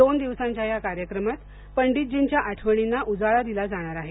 दोन दिवसांच्या या कार्यक्रमात पंडितजींच्या आठवणींना उजाळा दिला जाणार आहे